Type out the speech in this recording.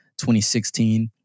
2016